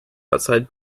outside